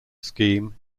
scheme